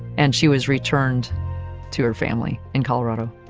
and she was returned to her family in colorado.